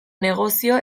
negozio